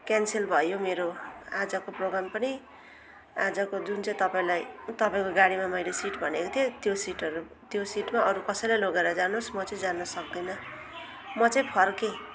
cancel भयो मेरो आजको प्रोगाम पनि आजको जुन चाहिँ तपाईँलाई तपाईँको गाडीमा मैले सिट भनेको थिएँ त्यो सिटहरू त्यो सिटमा अरू कसैलाई लगेर जानुहोस् म चाहिँ जानु सक्दिनँ म चाहिँ फर्केँ